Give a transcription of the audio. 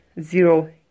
zero